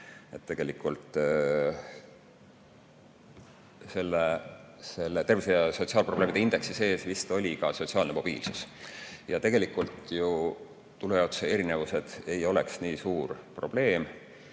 teema. Selle tervishoiu- ja sotsiaalprobleemide indeksi sees vist oli ka sotsiaalne mobiilsus. Ja tegelikult ju tulujaotuse erinevused ei oleks nii suur probleem,